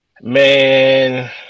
Man